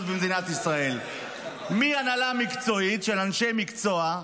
במדינת ישראל מהנהלה מקצועית של אנשי מקצוע,